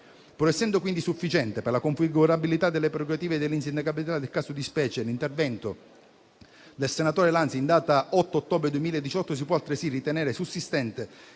Pur essendo quindi sufficiente, per la configurabilità delle prerogative dell'insindacabilità del caso di specie, l'intervento del senatore Lanzi in data 8 ottobre 2018, si può altresì ritenere sussistente